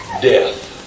death